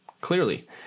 clearly